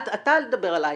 אתה אל תדבר על אייפקס.